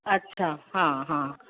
अच्छा हा हा